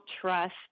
trust